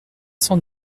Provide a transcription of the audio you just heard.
cent